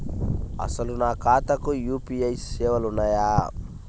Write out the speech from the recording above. అసలు నా ఖాతాకు యూ.పీ.ఐ సేవలు ఉన్నాయా?